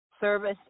Service